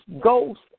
ghost